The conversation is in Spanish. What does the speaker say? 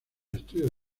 estudios